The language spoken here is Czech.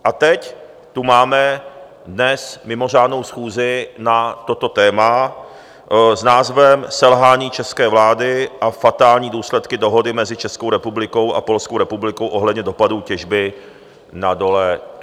A teď tu máme dnes mimořádnou schůzi na toto téma s názvem Selhání české vlády a fatální důsledky dohody mezi Českou republikou a Polskou republikou ohledně dopadů těžby na dole Turów.